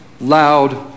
loud